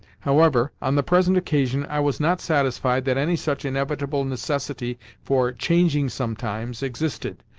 however, on the present occasion, i was not satisfied that any such inevitable necessity for changing sometimes existed,